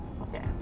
Okay